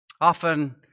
Often